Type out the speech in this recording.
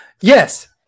Yes